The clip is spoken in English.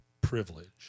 privilege